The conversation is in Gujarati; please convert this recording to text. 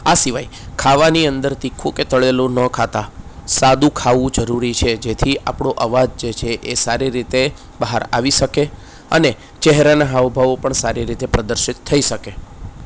આ સિવાય ખાવાની અંદર તીખું કે તળેલું ન ખાતાં સાદું ખાવું જરૂરી છે જેથી આપણો અવાજ જે છે એ સારી રીતે બહાર આવી શકે અને ચહેરાના હાવભાવ પણ સારી રીતે પ્રદર્શિત થઈ શકે